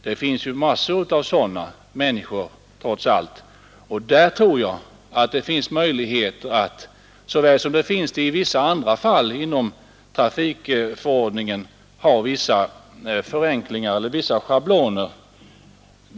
Det finns trots allt massor av sådana människor, och där tror jag det finns möjligheter att i deras fall liksom i vissa andra fall inom trafikförordningen tillämpa vissa förenklingar, schabloner.